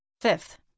Fifth